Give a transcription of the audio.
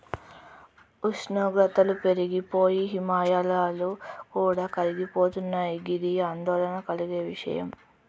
ఉష్ణోగ్రతలు పెరిగి పోయి హిమాయాలు కూడా కరిగిపోతున్నయి గిది ఆందోళన కలిగే విషయం